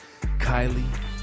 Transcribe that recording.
Kylie